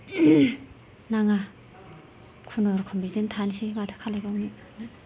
नाङा खुनुरुखुम बिदिनो थानोसै माथो खालामबावनो